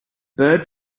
bird